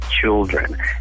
children